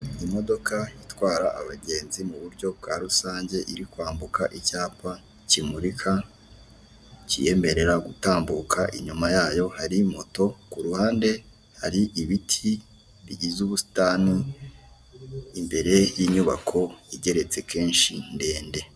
Imodoka itwara abagenzi mu buryo bwa rusange iri kwambuka icyapa kimurika kiyemerera gutambuka, inyuma yayo hari moto kuruhamde hari ibiti bigize ubusitani imbere y'inyubako igeretse kenshi ndende.